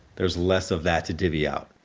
there's less of that to divvy up,